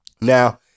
Now